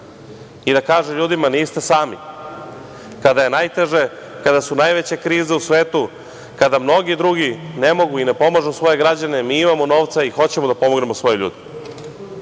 i da kaže ljudima – niste sami. Kada je najteže, kada su najveće krize u svetu, kada mnogi drugi ne mogu i ne pomažu svoje građane, mi imamo novca i hoćemo da pomognemo svoje ljude. Što,